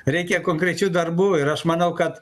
reikia konkrečių darbų ir aš manau kad